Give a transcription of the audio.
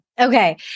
Okay